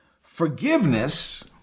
forgiveness